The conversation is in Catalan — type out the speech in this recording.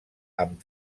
amb